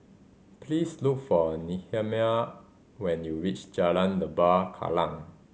please look for Nehemiah when you reach Jalan Lembah Kallang